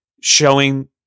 showing